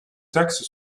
taxe